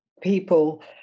people